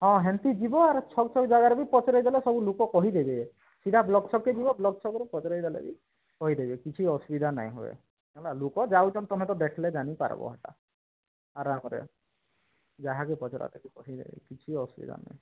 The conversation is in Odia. ହଁ ହେମିତି ଯିବ ଆର ସବୁ ସବୁ ଜାଗାରେ ବି ପଚାରି ଦେଲେ ସବୁ ଲୁକ କହିଦେବେ ସିଧା ବ୍ଲକ୍ ଛକ୍କେ ଯିବ ବ୍ଲକ୍ ଛକ୍ରୁ ପଚାରି ଦେଲେ ବି କହିଦେବେ କିଛି ଅସୁବିଧା ନାଇଁ ହଏ ହେଲା ଲୁକ ଯାଉଛନ୍ ତୁମେ ତ ଦେଖିଲେ ଜାନିପାରିବ ହେନ୍ତା ଆରମ୍ରେ ଯାହାକେ ପଚାରଲେ ବି କହିଦେବେ କିଛି ଅସୁବିଧା ନାଇଁ